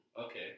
okay